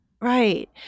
right